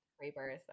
Rebirth